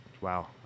wow